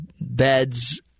beds